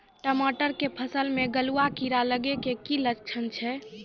टमाटर के फसल मे गलुआ कीड़ा लगे के की लक्छण छै